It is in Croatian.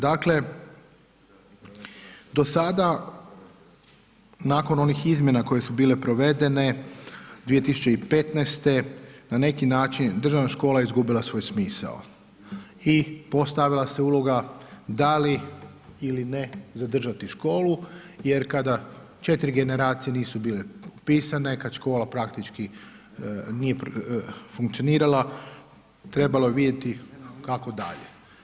Dakle, do sada, nakon onih izmjena koje su bile provedene 2015. na neki način, državna škola je izgubila svoj smisao i postavila se uloga, da li ili ne zadržati školu, jer kada 4 generacije nisu bile upisane, kada škola praktički nije funkcionirala, trebalo je vidjeti kako dalje.